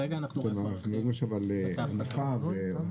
אם יש שם הפחתה